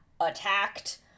attacked